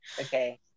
Okay